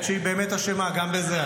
האמת שהיא באמת אשמה, גם בזה.